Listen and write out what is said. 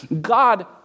God